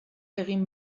egin